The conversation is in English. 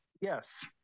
Yes